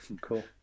Cool